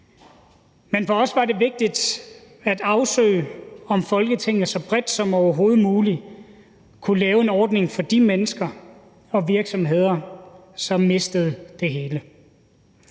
Men for os var det vigtigt at afsøge, om Folketinget så bredt som overhovedet muligt kunne lave en ordning for de mennesker og virksomheder, som mistede det hele.